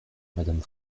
madame